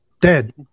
dead